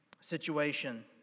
situation